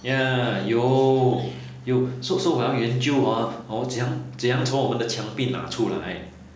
ya 有有 so so 我要研究 hor hor 怎样从我们的墙壁拿出来